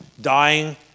Dying